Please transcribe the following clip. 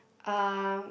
uh